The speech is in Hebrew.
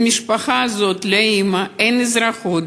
למשפחה הזאת, לאימא אין אזרחות.